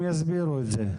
הם יסבירו את זה,